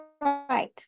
right